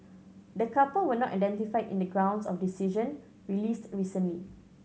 the couple were not identified in the grounds of decision released recently